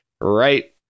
Right